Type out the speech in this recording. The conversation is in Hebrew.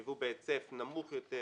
יבוא בהיצף נמוך יותר,